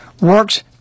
Works